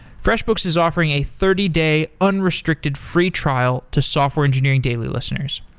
freshbooks is offering a thirty day unrestricted free trial to software engineering daily listeners.